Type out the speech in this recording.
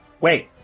Wait